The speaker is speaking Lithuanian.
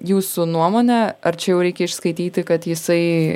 jūsų nuomone ar čia jau reikia išskaityti kad jisai